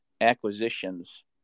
acquisitions